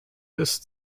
ist